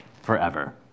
forever